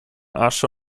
asche